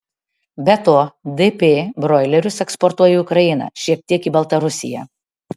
be to dp broilerius eksportuoja į ukrainą šiek tiek į baltarusiją